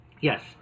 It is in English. Yes